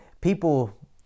people